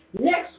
Next